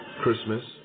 Christmas